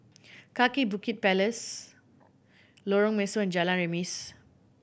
Kaki Bukit Palace Lorong Mesu and Jalan Remis